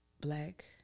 black